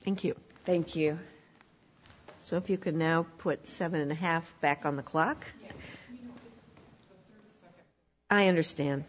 thank you thank you so if you can now put seven and a half back on the clock i understand